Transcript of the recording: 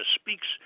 speaks